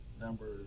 number